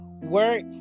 work